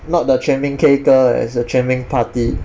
not the 全民 K girl eh is the 全民 party